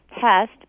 test